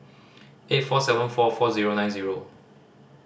eight four seven four four zero nine zero